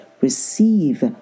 receive